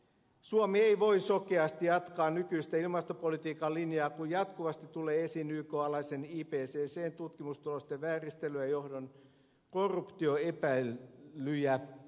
suomi ei voi sokeasti jatkaa nykyistä ilmastopolitiikan linjaa kun jatkuvasti tulee esiin ykn alaisen ipccn tutkimustulosten vääristelyä ja johdon korruptioepäilyjä